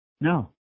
No